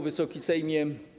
Wysoki Sejmie!